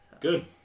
Good